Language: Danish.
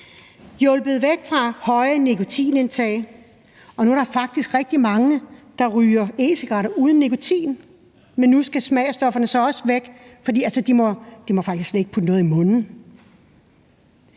væk fra et højt nikotinindtag. Der er faktisk rigtig mange, der nu ryger e-cigaretter uden nikotin, men nu skal smagsstofferne så også væk. De må faktisk slet ikke putte noget i munden,